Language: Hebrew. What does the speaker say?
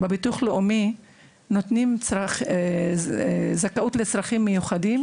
הביטוח הלאומי נותנים זכאות לצרכים מיוחדים